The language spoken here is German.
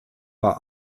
war